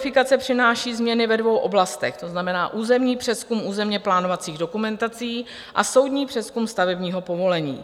Rekodifikace přináší změny ve dvou oblastech, to znamená územní přezkum územněplánovacích dokumentací a soudní přezkum stavebního povolení.